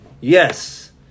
Yes